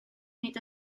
nid